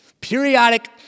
Periodic